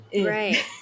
Right